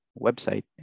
website